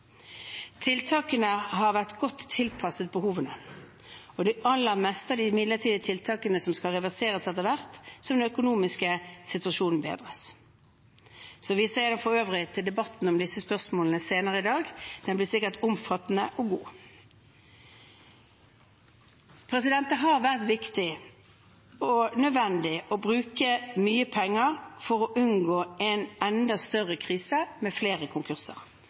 Tiltakene har vært godt tilpasset behovene, og det aller meste er midlertidige tiltak som skal reverseres etter hvert som den økonomiske situasjonen bedres. Jeg viser for øvrig til debatten om disse spørsmålene senere i dag. Den blir sikkert omfattende og god. Det har vært riktig og nødvendig å bruke mye penger for å unngå en enda større krise med flere konkurser,